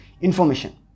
information